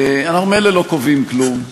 אנחנו ממילא לא קובעים כלום.